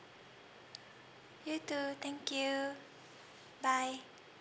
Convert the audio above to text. you too thank you bye